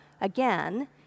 again